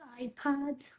iPad